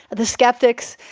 the skeptics,